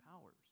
powers